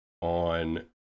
on